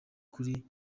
kuri